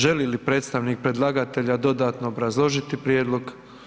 Želi li predstavnik predlagatelja dodatno obrazložiti prijedlog?